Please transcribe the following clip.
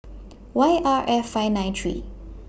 Y R F five nine three